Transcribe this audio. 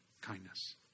kindness